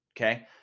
Okay